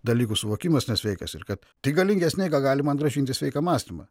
dalykų suvokimas nesveikas ir kad tik galingesnė jėga gali man grąžinti sveiką mąstymą